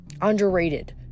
underrated